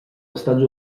estats